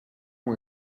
ont